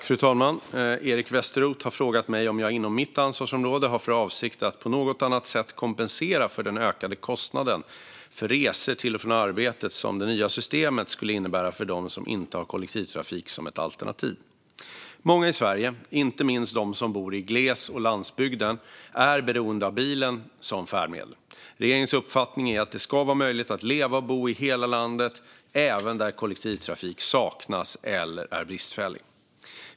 Fru talman! Eric Westroth har frågat mig om jag inom mitt ansvarsområde har för avsikt att på något annat sätt kompensera för den ökade kostnaden för resor till och från arbetet som det nya systemet skulle innebära för dem som inte har kollektivtrafik som ett alternativ. Många i Sverige, inte minst de som bor i gles och landsbygden, är beroende av bilen som färdmedel. Regeringens uppfattning är att det ska vara möjligt att leva och bo i hela landet, även där kollektivtrafik saknas eller är bristfällig.